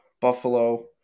Buffalo